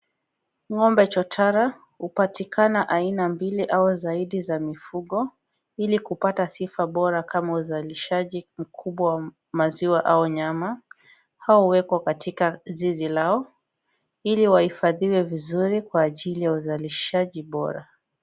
Ng'ombe chotara hupatikana aina mbili aua zaidi za mifugo, ili kupata sifa bora kama uzalishaji mkubwa wa maziwa au nyama. Hao huwekwa katika zizi lao ili wahifadhiwe vizuri kwa ajili ya uzalishaji bora.